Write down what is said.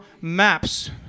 maps